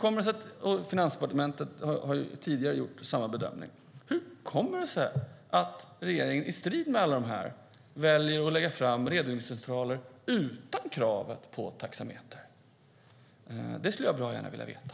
Och Finansdepartementet har tidigare gjort samma bedömning. Hur kommer det sig att regeringen i strid med alla dessa väljer att lägga fram ett förslag om redovisningscentraler utan krav på taxameter? Det skulle jag bra gärna vilja veta.